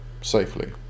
safely